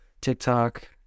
TikTok